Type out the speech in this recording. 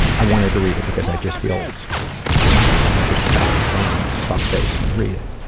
i wanted to read it because i just feel um just stop explaining it fuck face and read it,